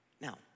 Now